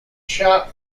shot